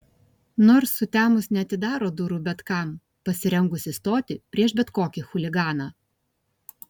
nors sutemus neatidaro durų bet kam pasirengusi stoti prieš bet kokį chuliganą